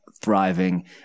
thriving